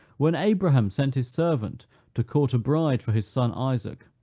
when abraham sent his servant to court a bride for his son isaac,